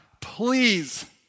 please